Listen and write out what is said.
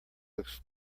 looks